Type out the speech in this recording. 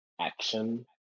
action